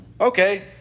Okay